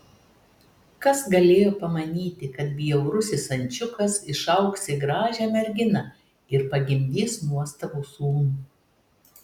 kas galėjo pamanyti kad bjaurusis ančiukas išaugs į gražią merginą ir pagimdys nuostabų sūnų